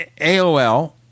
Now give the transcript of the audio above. AOL